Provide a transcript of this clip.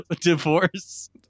divorce